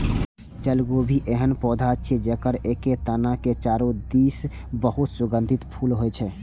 जलकुंभी एहन पौधा छियै, जेकर एके तना के चारू दिस बहुत सुगंधित फूल होइ छै